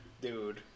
dude